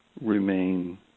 remain